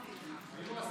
בא.